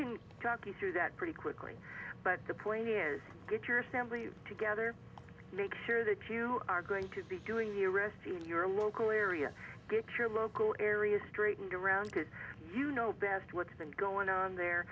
can talk you through that pretty quickly but the point is get your stanley together make sure that you are going to be doing your rest in your local area get your local area straightened around because you know best what's been going on there